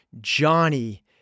johnny